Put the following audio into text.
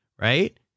right